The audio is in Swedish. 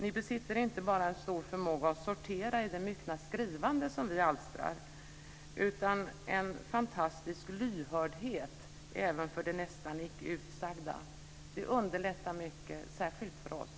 Ni besitter inte bara en stor förmåga att sortera i det myckna skrivande som vi alstrar, utan ni har också en fantastisk lyhördhet även för det nästan icke utsagda. Det underlättar mycket, särskilt för oss.